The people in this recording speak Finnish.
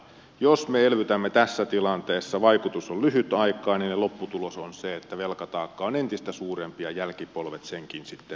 jos me elvytämme tässä tilanteessa vaikutus on lyhytaikainen ja lopputulos on se että velkataakka on entistä suurempi ja jälkipolvet senkin sitten maksavat